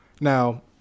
Now